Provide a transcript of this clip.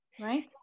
right